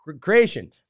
creation